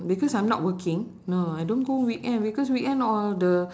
because I'm not working no I don't go weekend because weekend all the